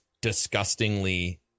disgustingly